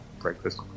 breakfast